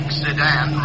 sedan